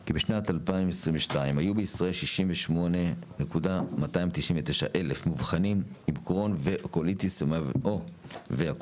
כי בשנת 2022 היו בישראל 68,299 מאובחנים עם קרוהן ו/או קוליטיס המהווים